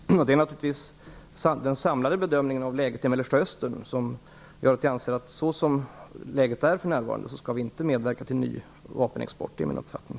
Fru talman! Det är naturligtvis den samlade bedömningen av läget i Mellanöstern som gör att jag anser att vi inte skall medverka till vapenexport, såsom läget är för närvarande. Det är min uppfattning.